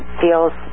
feels